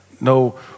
no